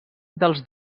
dels